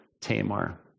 Tamar